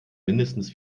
mindestens